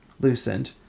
loosened